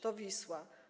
To Wisła.